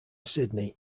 sydney